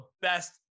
best